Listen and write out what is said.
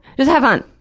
just have fun!